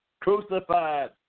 crucified